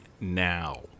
now